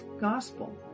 gospel